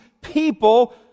people